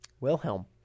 Wilhelm